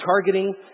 targeting